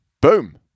Boom